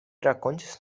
rakontis